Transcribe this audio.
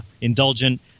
Indulgent